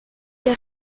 que